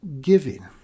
giving